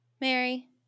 Mary